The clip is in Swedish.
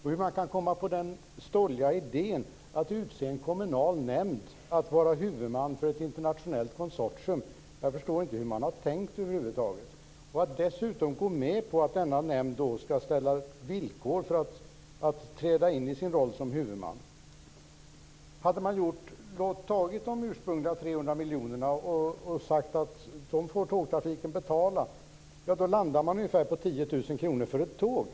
Hur kan man komma på den stolliga idén att utse en kommunal nämnd att vara huvudman för ett internationellt konsortium? Jag förstår över huvud taget inte hur man har tänkt. Sedan går man dessutom med på att denna nämnd ska ställa villkor för att träda in i sin roll som huvudman. Om man hade utgått från de ursprungliga 300 miljonerna och sagt att tågtrafiken ska betala dem, hade man hamnat på ungefär 10 000 kr för ett godståg.